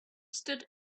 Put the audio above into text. stood